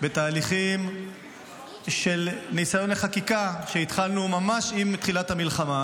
בתהליכים של ניסיון לחקיקה שהתחלנו ממש עם תחילת המלחמה